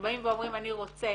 שבאים ואומרים אני רוצה